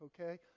okay